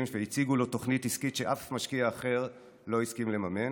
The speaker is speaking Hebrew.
והציגו לו תוכנית עסקית שאף משקיע אחר לא הסכים לממן,